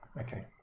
Okay